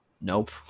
Nope